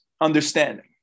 understanding